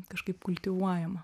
kažkaip kultivuojama